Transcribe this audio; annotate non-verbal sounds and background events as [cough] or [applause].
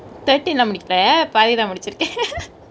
thirteen லா முடிக்கல பாதிதா முடிச்சிருக்க:laa mudikale paathithaa mudichirukke [laughs]